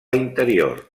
interior